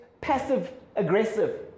passive-aggressive